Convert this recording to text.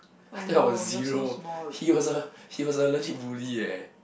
I tell I was zero he was a he was a legit bully eh